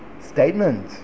statement